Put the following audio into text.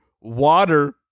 water